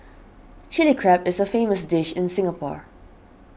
Chilli Crab is a famous dish in Singapore